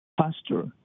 faster